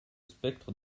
spectre